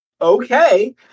Okay